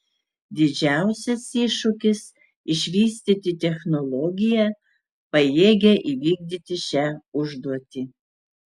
didžiausias iššūkis išvystyti technologiją pajėgią įvykdyti šią užduotį